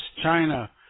China